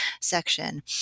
section